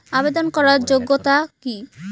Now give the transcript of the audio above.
আবেদন করার যোগ্যতা কি?